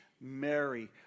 Mary